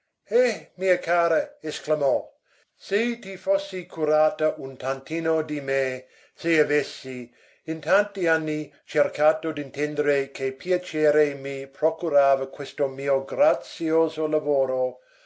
eh mia cara esclamò se ti fossi curata un tantino di me se avessi in tanti anni cercato d'intendere che piacere mi procurava questo mio grazioso lavoro